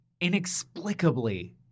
inexplicably